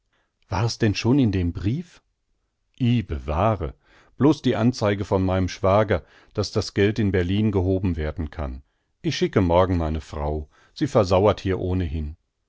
es denn schon in dem brief i bewahre blos die anzeige von meinem schwager und daß das geld in berlin gehoben werden kann ich schicke morgen meine frau sie versauert hier ohnehin